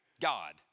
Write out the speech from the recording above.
God